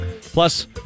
Plus